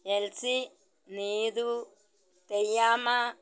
Elsy Neethu Theyyamma